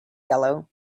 yellow